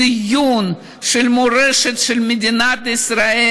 ציון של מורשת של מדינת ישראל.